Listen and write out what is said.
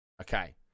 okay